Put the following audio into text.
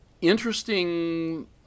interesting